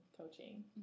coaching